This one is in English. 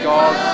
God